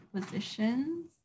positions